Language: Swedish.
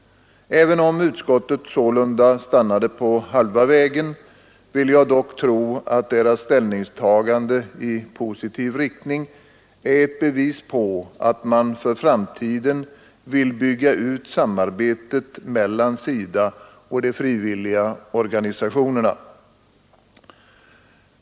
Även om utskottet sålunda stannat på halva vägen vill jag dock tro att dess ställningstagande i positiv riktning är ett bevis på att man för framtiden vill bygga ut samarbetet mellan SIDA och de frivilliga organisationerna.